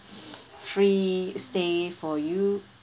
free stay for you